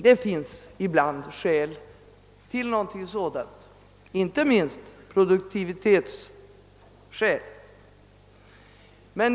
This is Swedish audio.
Ibland finns det skäl för ett sådant förfarande, inte minst produktivitetsskäl.